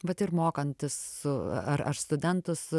vat ir mokantis su ar ar studentus